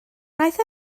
wnaeth